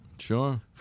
Sure